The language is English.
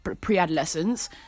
pre-adolescence